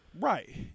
Right